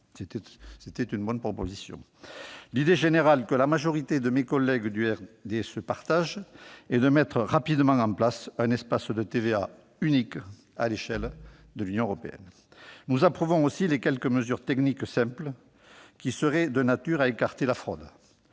c'était une bonne proposition. L'idée générale, que la majorité de mes collègues du RDSE partage, est de mettre rapidement en place un espace de TVA unique à l'échelle de l'Union européenne. Nous approuvons aussi les quelques mesures techniques simples qui seraient de nature à écarter la fraude